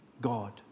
God